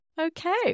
Okay